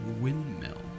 windmill